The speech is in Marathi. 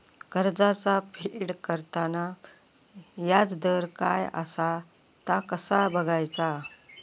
कर्जाचा फेड करताना याजदर काय असा ता कसा बगायचा?